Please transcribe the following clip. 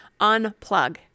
unplug